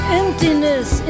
emptiness